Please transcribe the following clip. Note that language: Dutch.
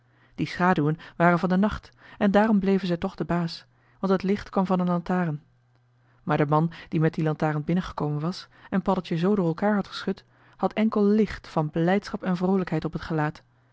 die schaduwen waren van den nacht en daarom bleven zij toch de baas want het licht kwam van een lantaarn maar de man die met die lantaarn binnengekomen was en paddeltje zoo door elkaar had geschud had enkel licht van blijdschap en vroolijkheid op het gelaat